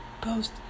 post